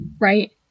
right